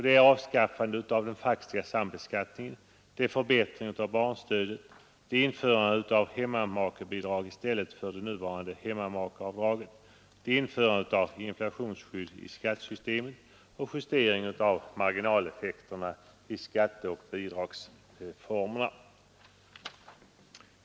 Det är avskaffande av den faktiska sambeskattningen, förbättring av barnstödet, införande av hemmamakebidrag i stället för det nuvarande hemmamakeavdraget, införande av inflationsskydd i skattesystemet och justering av marginaleffekterna i skatteoch bidragssystemet.